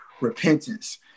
repentance